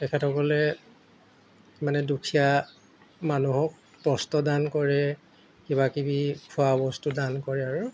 তেখেতসকলে মানে দুখীয়া মানুহক বস্ত্ৰ দান কৰে কিবা কিবি খোৱা বস্তু দান কৰে আৰু